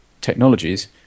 technologies